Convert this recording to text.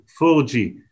4G